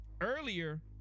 earlier